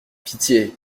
pitié